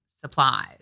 supplies